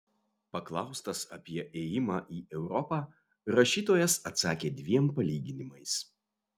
paklaustas apie ėjimą į europą rašytojas atsakė dviem palyginimais